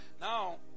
Now